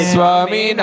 Swami